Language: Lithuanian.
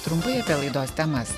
trumpai apie laidos temas